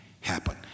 happen